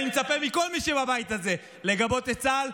אני מצפה מכל מי שבבית הזה לגבות את צה"ל,